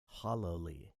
hollowly